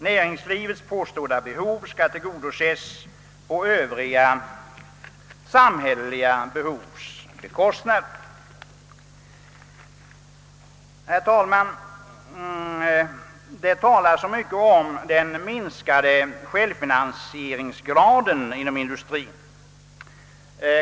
Näringslivets påstådda behov skall tillgodoses på bekostnad av övriga samhälleliga behov. Herr talman! Det talas så mycket om den minskade självfinansieringsgraden inom näringslivet.